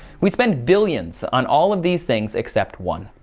we spend billions on all of these things except one.